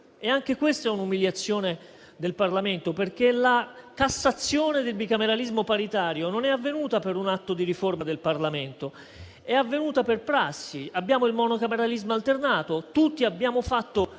E anche questa è un'umiliazione del Parlamento, perché la cassazione del bicameralismo paritario è avvenuta non per un atto di riforma del Parlamento, ma per prassi. Abbiamo il monocameralismo alternato. Tutti abbiamo fatto